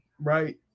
right